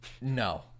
No